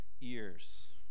ears